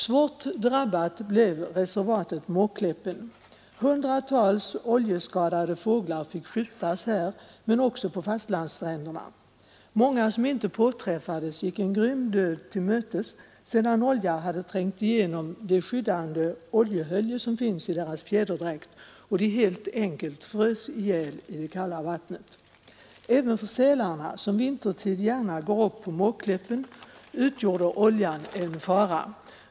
Svårt drabbat blev reservatet Måkläppen. Hundratals oljeskadade fåglar fick skjutas här men också på fastlandsstränderna. Många som inte påträffades gick en grym död till mötes sedan olja hade trängt genom det skyddande oljehöljet i deras fjäderdräkt och de helt enkelt frusit ihjäl i det kalla vattnet. Även för sälarna, som vintertid gärna går upp på Måkläppen, utgjorde oljan en fara.